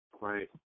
Right